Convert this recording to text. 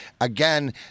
again